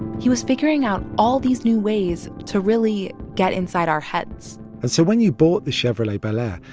he was figuring out all these new ways to really get inside our heads and so when you bought the chevrolet bel air,